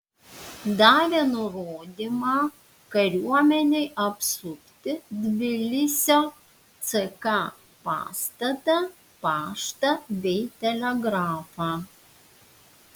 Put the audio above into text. davė nurodymą kariuomenei apsupti tbilisio ck pastatą paštą bei telegrafą